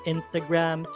Instagram